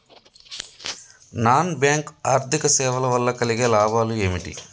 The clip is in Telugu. నాన్ బ్యాంక్ ఆర్థిక సేవల వల్ల కలిగే లాభాలు ఏమిటి?